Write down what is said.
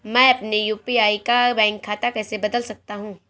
मैं अपने यू.पी.आई का बैंक खाता कैसे बदल सकता हूँ?